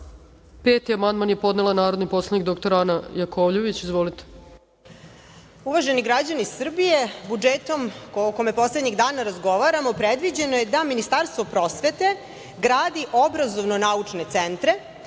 5. amandman je podnela narodni poslanik dr Ana Jakovljević. Izvolite. **Ana Jakovljević** Uvaženi građani Srbije, budžetom o kome poslednjih dana razgovaramo predviđeno je da Ministarstvo prosvete gradi obrazovno-naučne centre,